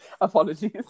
Apologies